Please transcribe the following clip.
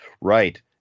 Right